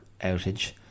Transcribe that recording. outage